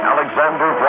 Alexander